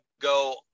go